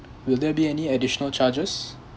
will there be any additional charges